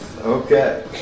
Okay